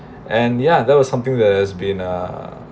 and ya that was something that has been uh